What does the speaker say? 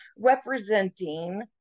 representing